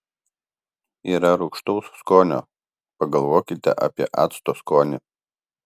yra rūgštaus skonio pagalvokite apie acto skonį